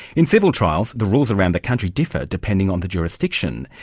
in civil trials, the rules around the country differ depending on the jurisdiction.